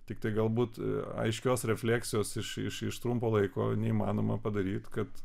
tiktai galbūt aiškios refleksijos išiš trumpo laiko neįmanoma padaryt kad